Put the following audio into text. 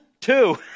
two